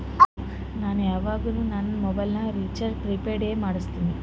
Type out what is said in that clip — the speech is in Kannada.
ನಾ ಯವಾಗ್ನು ನಂದ್ ಮೊಬೈಲಗ್ ರೀಚಾರ್ಜ್ ಪ್ರಿಪೇಯ್ಡ್ ಎ ಮಾಡುಸ್ತಿನಿ